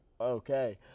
Okay